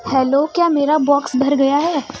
hello کیا میرا box بھر گیا ہے